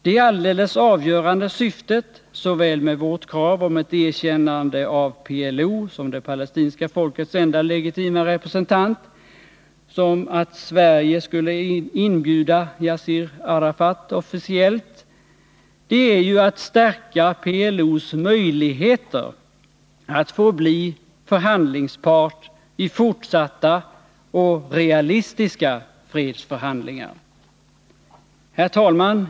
Det alldeles avgörande syftet såväl med vårt krav om ett erkännande av PLO såsom det palestinska folkets enda legitima representant som att Sverige skulle inbjuda Yassir Arafat officiellt är ju att stärka PLO:s möjligheter att få bli förhandlingspart i fortsatta och realistiska fredsförhandlingar. Herr talman!